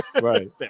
Right